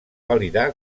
validar